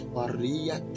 Maria